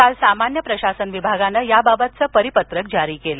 काल सामान्य प्रशासन विभागानं याबाबतचं परिपत्रक जारी केलं